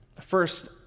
First